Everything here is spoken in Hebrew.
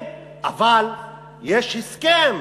אבל יש הסכם